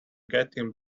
getting